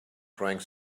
drank